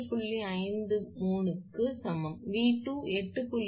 28 to க்கு சமம் 𝑉3 9